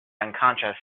unconscious